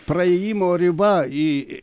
praėjimo riba į